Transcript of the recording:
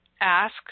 ask